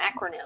acronym